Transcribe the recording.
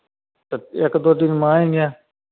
तो एक दो दिन में आएँगे